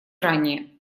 ранее